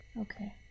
Okay